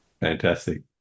Fantastic